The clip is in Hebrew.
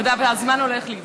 תודה, אבל הזמן הולך לי.